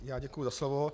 Já děkuji za slovo.